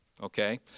Okay